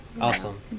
Awesome